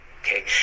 Okay